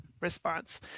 response